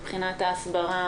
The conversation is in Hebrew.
מבחינת ההסברה.